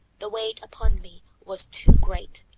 the weight upon me was too great.